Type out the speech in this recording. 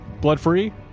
blood-free